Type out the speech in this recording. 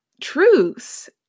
truths